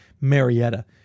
Marietta